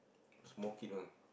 small kid [one]